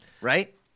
Right